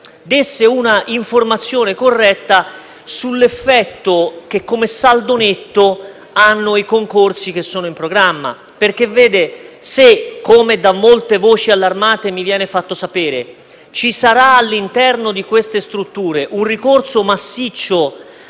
desse un'informazione corretta sull'effetto, come saldo netto, dei concorsi che sono in programma. Infatti se, come da molte voci allarmate mi viene fatto sapere, ci sarà - all'interno di queste strutture - un ricorso massiccio